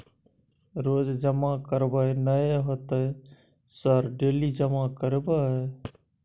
रोज जमा करबे नए होते सर डेली जमा करैबै?